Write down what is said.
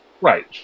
Right